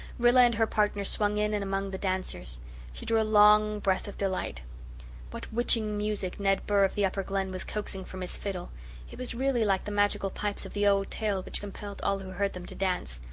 rilla and her partner swung in and among the dancers she drew a long breath of delight what witching music ned burr of the upper glen was coaxing from his fiddle it was really like the magical pipes of the old tale which compelled all who heard them to dance.